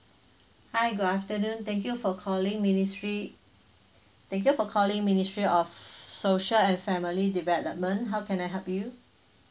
hi good afternoon thank you for calling ministry thank you for calling ministry of social and family development how can I help you